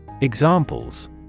Examples